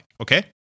okay